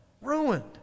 Ruined